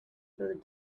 through